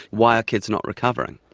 why are kids not recovering?